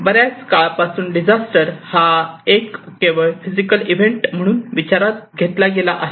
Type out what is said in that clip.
बऱ्याच काळापासून डिझास्टर हा एक केवळ फिजिकल इव्हेंट म्हणून विचारात घेतला गेला आहे